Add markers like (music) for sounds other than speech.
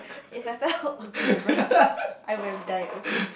if I (laughs) fell on the bus I would have died okay